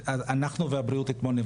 אנחנו והבריאות אתמול.